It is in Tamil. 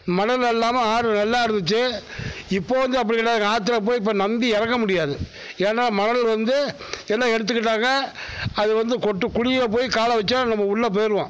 மணல் அள்ளாமல் ஆறு நல்லாயிருந்துச்சி இப்போது வந்து அப்படி கிடையாது ஆத்துல போய் இப்ப நம்பி இறங்க முடியாது ஏன்னா மணல் வந்து எல்லா எடுத்துகிட்டாங்க அது வந்து கொட்டு குழியாக போய் காலை வைச்சா நம்ம உள்ளே போயிடுவோம்